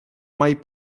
mai